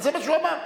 זה מה שהוא אמר.